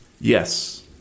yes